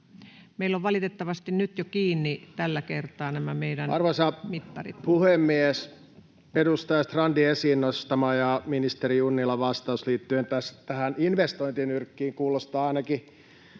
Meillä ovat valitettavasti nyt jo kiinni tällä kertaa nämä meidän mittarimme. Arvoisa puhemies! Edustaja Strandin esiin nostama ja ministeri Junnilan vastaus liittyen tähän investointinyrkkiin kuulostaa ainakin